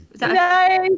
no